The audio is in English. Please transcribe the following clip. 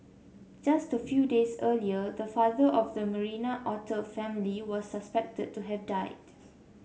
just a few days earlier the father of the Marina otter family was suspected to have died